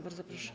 Bardzo proszę.